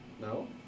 no